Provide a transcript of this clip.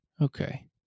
Okay